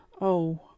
Oh